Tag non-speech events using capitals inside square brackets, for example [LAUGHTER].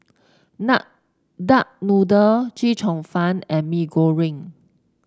[UNINTELLIGIBLE] Duck Noodle Chee Cheong Fun and Mee Goreng